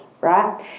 right